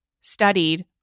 studied